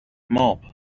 mob